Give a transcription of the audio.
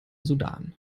sudan